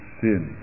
sin